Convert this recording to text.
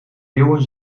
leeuwen